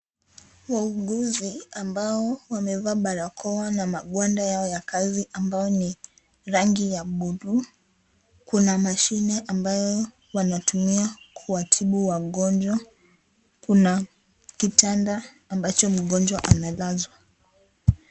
Wauguzi ambao wamevaa barakoa na magwanda yao ya kazi ambayo ni rangi ya buluu, kuna mashine ambayo wanatumia kuwatibu wagonjwa, kuna kitanda ambacho mgonjwa amelazwa.